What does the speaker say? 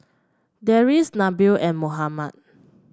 Deris Nabil and Muhammad